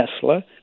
Tesla